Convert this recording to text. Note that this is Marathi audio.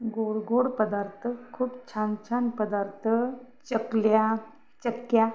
गोड गोड पदार्थ खूप छान छान पदार्थ चकल्या चक्या